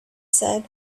said